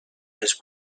més